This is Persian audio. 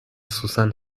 سوسن